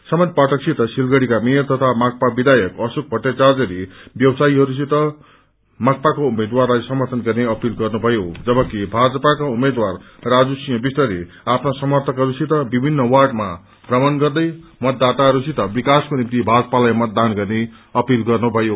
समन पाठकसित सिलगढ़ीका मेयर तथा माकपा विधायक अशोक भट्टाचार्यले व्यवसायीहरूसित माकपाका उम्मेद्वारलाई समर्थन गर्ने अपील गर्नुभयो जबकि भाजपाका उम्मेद्वार राजुसिंह विष्टले आफना समर्थकहरूसित विभिन्न वार्डमा भ्रमण गर्दै मतदाताहरूसित विकासको निम्ति भाजपालाई मतदान गर्ने अपील गर्नुभयो